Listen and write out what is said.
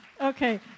Okay